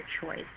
choice